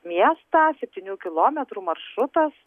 miestą septynių kilometrų maršrutas